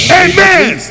amen